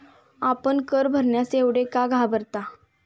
आपण कर भरण्यास एवढे का घाबरता?